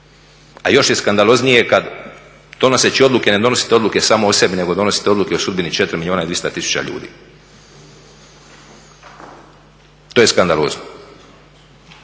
a još je skandaloznije kada donoseći odluke ne donosite odluke samo o sebi nego donosite odluke o sudbini 4 milijuna i 200 tisuća ljudi, to je skandalozno.